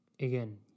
Again